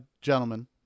gentlemen